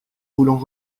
voulons